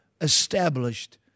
established